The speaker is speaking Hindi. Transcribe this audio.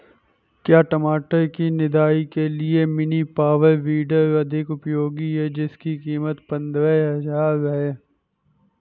क्या टमाटर की निदाई के लिए मिनी पावर वीडर अधिक उपयोगी है जिसकी कीमत पंद्रह हजार है?